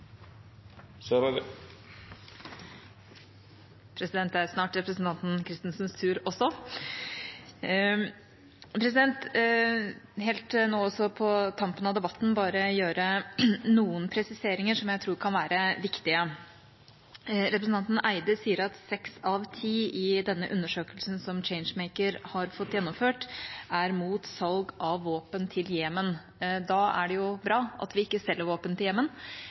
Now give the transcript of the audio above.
Helt på tampen av debatten vil jeg gjøre noen presiseringer som jeg tror kan være viktige. Representanten Eide sier at seks av ti i den undersøkelsen som Changemaker har fått gjennomført, er mot salg av våpen til Jemen. Da er det jo bra at vi ikke selger våpen til